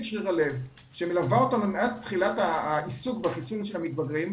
שריר הלב שמלווה אותנו מאז תחילת העיסוק בחיסון של המתבגרים.